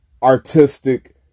artistic